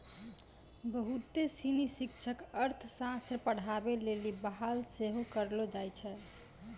बहुते सिनी शिक्षक अर्थशास्त्र पढ़ाबै लेली बहाल सेहो करलो जाय छै